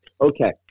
Okay